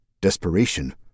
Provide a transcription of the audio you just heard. desperation